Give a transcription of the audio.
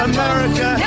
America